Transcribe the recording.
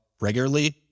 regularly